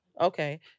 Okay